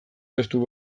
testu